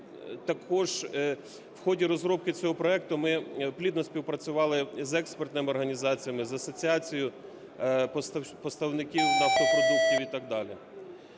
також в ході розробки цього проекту ми плідно співпрацювали з експертними організаціями, з асоціацією поставників нафтопродуктів і так далі.